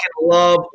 love